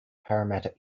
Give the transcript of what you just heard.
parramatta